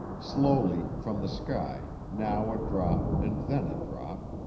slowly, from the sky, now a drop and then a drop,